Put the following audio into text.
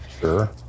Sure